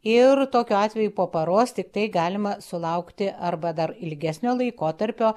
ir tokiu atveju po paros tiktai galima sulaukti arba dar ilgesnio laikotarpio